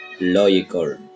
logical